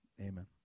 amen